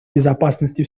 безопасности